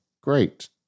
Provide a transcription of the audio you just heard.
Great